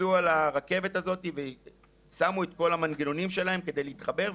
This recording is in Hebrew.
שקפצו על הרכבת הזאת ושמו את כל המנגנונים שלהם כדי להתחבר,